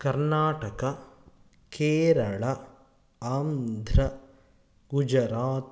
Karnataka Kerala Andhra Gujarat